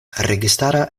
registara